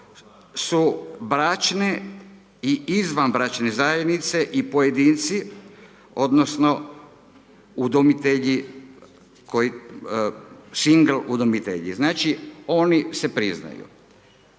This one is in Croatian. su bračne i izvanbračne zajednice i pojedinci odnosno udomitelji šingl udomitelji, znači oni se priznaju.